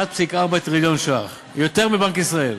1.4 טריליון ש"ח, יותר מבנק ישראל,